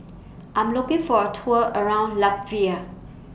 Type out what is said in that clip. I'm looking For A Tour around Latvia